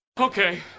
Okay